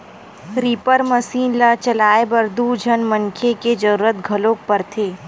reaper machine ल चलाए बर दू झन मनखे के जरूरत घलोक परथे